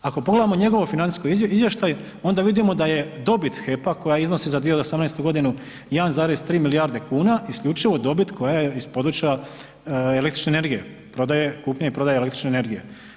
Ako pogledamo njegov financijski izvještaj onda vidimo da je dobit HEP-a koja iznosi za 2018. godinu 1,3 milijarde kuna isključivo dobit koja je iz područja električne energije, prodaje, kupnje o prodaje električne energije.